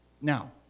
now